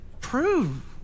prove